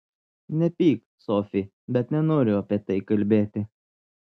nepyk sofi bet nenoriu apie tai kalbėti